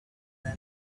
then